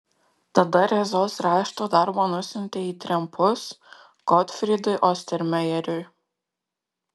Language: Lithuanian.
tada rėzos rašto darbą nusiuntė į trempus gotfrydui ostermejeriui